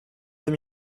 deux